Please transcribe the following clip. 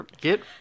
Get